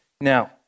Now